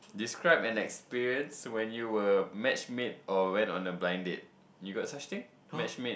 describe an experience when you were matchmade or went on a blind date you got such thing matchmade